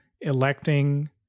electing